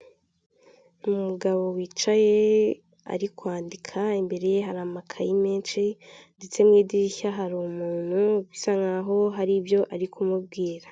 Umugabo wicaye ari kwandika imbere ye hari amakayi menshi ndetse mu idirishya hari umuntu bisa nkaho hari ibyo ari kumubwira.